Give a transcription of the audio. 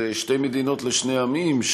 של שתי מדינות לשני עמים,